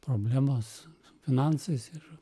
problemos finansais ir